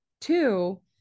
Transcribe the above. two